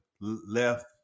left